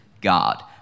God